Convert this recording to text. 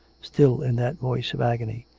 still in that voice of agony.